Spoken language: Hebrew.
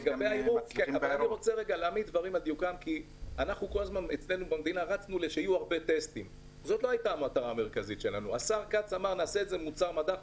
אנחנו לא עשינו --- הזכרת רף מינימלי לשיעורים.